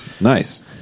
Nice